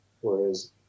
Whereas